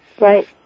Right